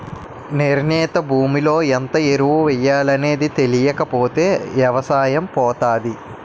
నిర్ణీత భూమిలో ఎంత ఎరువు ఎయ్యాలనేది తెలీకపోతే ఎవసాయం పోతాది